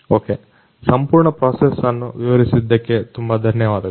okay ಸಂಪೂರ್ಣ process ಅನ್ನು ವಿವರಿಸಿದ್ದಕ್ಕೆ ತುಂಬಾ ಧನ್ಯವಾದಗಳು